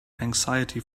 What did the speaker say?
anxiety